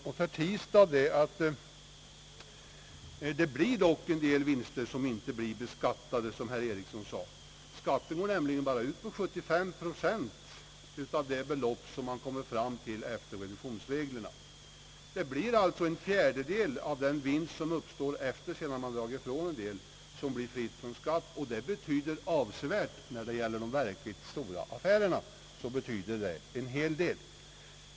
För herr Tistad skall jag kanske nämna, att en del vinster dock inte blir beskattade, vilket herr Einar Eriksson också framhöll. Bara 75 procent av det belopp som man kommer fram till efter reduktionsreglerna skall beskattas. En fjärdedel av den vinst som uppstår sedan man har dragit från en del avdrag blir fri från skatt. Det betyder avsevärda belopp när det gäller de verkligt stora affärerna.